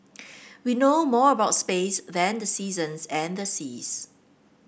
we know more about space than the seasons and the seas